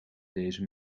deze